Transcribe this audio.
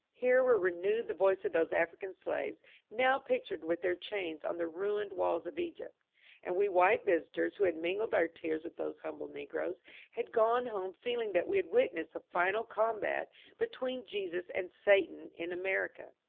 here were renewed the voices of those african slaves now pictured with their chains on the ruined walls of egypt and we white visitors who had mingled our tears with those humble negroes had gone home feeling that we had witnessed the final combat between jesus and satan in america.